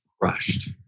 crushed